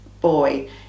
boy